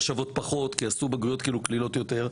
שוות פחות כי עשו בגרויות קלות יותר,